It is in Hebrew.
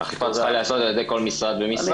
האכיפה צריכה להיעשות על ידי כל משרד ומשרד.